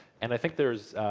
and i think there's